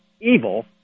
evil